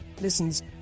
listens